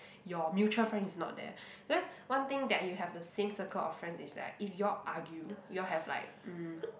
your mutual friend is not there because one thing that you have the same circle of friend is like if you all argue you all have like mm